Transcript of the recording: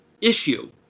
issue